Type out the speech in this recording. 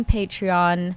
Patreon